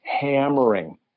hammering